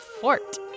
fort